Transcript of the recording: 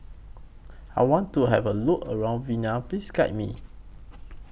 I want to Have A Look around Vienna Please Guide Me